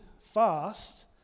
fast